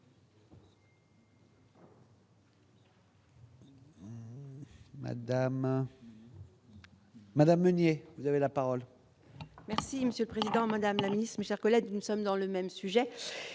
Madame Meunier, vous avez la parole. Merci Monsieur le Président Madame réalisme cher collègue, nous sommes dans le même sujet